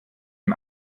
dem